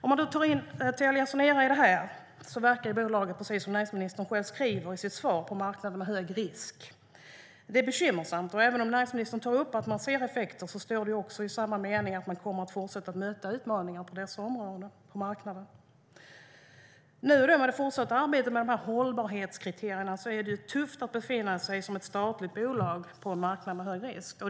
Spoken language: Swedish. Tar vi in Telia Sonera i detta verkar bolaget, precis som näringsministern säger, på marknader med hög risk. Det är bekymmersamt. Även om näringsministern tar upp att man ser effekter säger han också att man kommer att fortsätta att möta utmaningar på dessa marknader. I och med det fortsatta arbetet med hållbarhetskriterierna är det tufft att som statligt bolag befinna sig på en högriskmarknad.